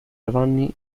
giovanni